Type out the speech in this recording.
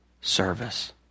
service